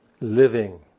living